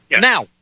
now